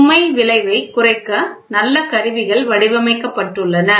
சுமை விளைவைக் குறைக்க நல்ல கருவிகள் வடிவமைக்கப்பட்டுள்ளன